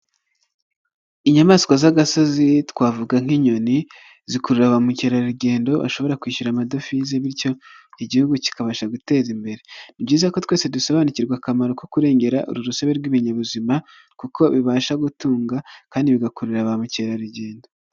Inyamaswa z'agasozi twavuga nk'inyoni zikurura ba mukerarugendo bashobora kwishyura amadofize bityo igihugu kikabasha guteza imbere, ni byiza ko twese dusobanukirwa akamaro ko kurengera urusobe rw'ibinyabuzima kuko bibasha gutunga kandi bigakorera ba mukerarugendo.